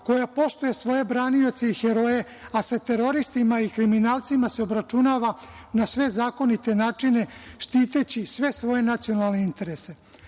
koja poštuje svoje branioce i heroje, a sa teroristima i kriminalcima se obračunava na sve zakonite načine štiteći sve svoje nacionalne interese. Tom